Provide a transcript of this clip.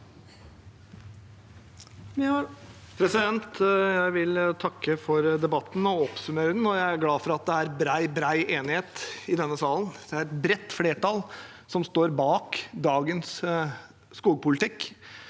Jeg vil takke for debatten og oppsummere den. Jeg er glad for at det er bred enighet i denne salen. Det er et bredt flertall som står bak dagens skogpolitikk,